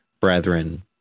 brethren